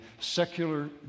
secular